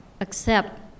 accept